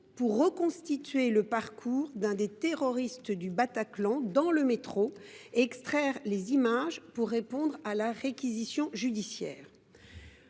pour reconstituer le parcours de l’un des terroristes du Bataclan dans le métro et extraire les images afin de répondre à la réquisition judiciaire.